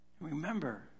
Remember